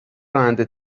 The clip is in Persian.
راننده